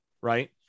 right